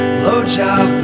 blowjob